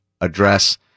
address